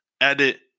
edit